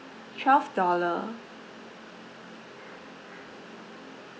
twelve dollar